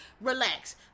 relax